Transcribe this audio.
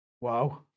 Wow